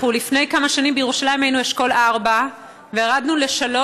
אנחנו לפני כמה שנים היינו בירושלים באשכול 4 וירדנו ל-3,